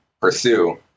pursue